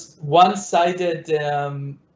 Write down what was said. one-sided